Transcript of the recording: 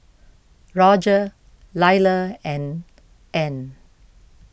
Rodger Lyla and Ann